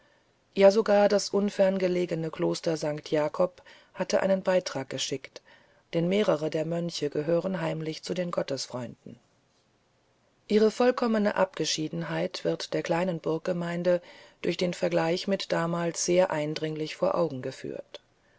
ja sogar das unfern gelegene kloster sankt jakob hatte einen beitrag geschickt denn mehrere der mönche gehören heimlich zu den gottesfreunden ihre vollkommene abgeschiedenheit wird der kleinen burggemeinde durch den vergleich mit damals sehr eindringlich vor augen geführt